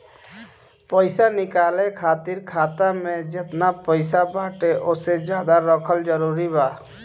पईसा निकाले खातिर खाता मे जेतना पईसा बाटे ओसे ज्यादा रखल जरूरी बा?